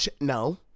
no